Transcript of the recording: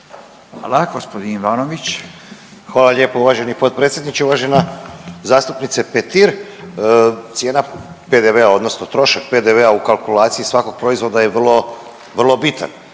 Goran (HDZ)** Hvala lijepo uvaženi potpredsjedniče. Uvažena zastupnice Petir. Cijena PDV-a odnosno trošak PDV-a u kalkulaciji svakog proizvoda je vrlo bitan.